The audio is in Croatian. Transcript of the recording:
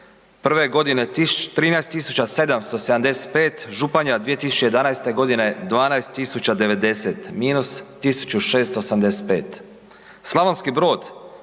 Slavonski Brod